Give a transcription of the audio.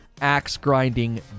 axe-grinding